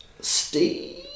Steve